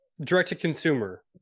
direct-to-consumer